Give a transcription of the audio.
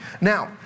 Now